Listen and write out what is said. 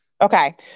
Okay